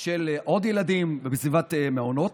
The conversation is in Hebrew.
של עוד ילדים, בסביבת מעונות.